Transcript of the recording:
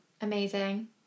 amazing